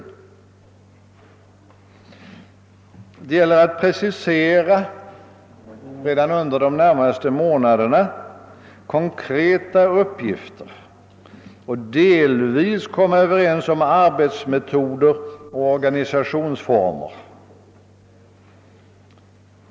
Nej, det gäller att redan under återstoden av 1970 precisera konkreta arbetsuppgifter och så mycket som möjligt komma överens om arbetsmetoder och = organisationsformer.